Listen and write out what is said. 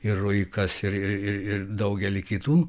ir ruikas ir ir daugelį kitų